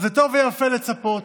אז זה טוב ויפה לצפות,